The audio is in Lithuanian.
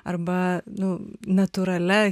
arba nu natūralia